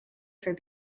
for